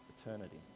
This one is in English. Eternity